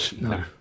No